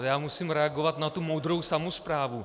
Já musím reagovat na tu moudrou samosprávu.